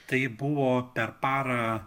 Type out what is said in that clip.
tai buvo per parą